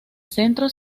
centro